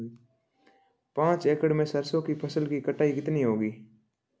पांच एकड़ में सरसों की फसल की कटाई कितनी होगी?